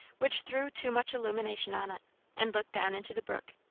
which threw too much illumination on it and looked down into the brook.